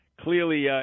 clearly